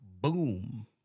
boom